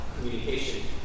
communication